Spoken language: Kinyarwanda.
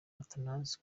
athanase